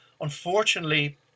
unfortunately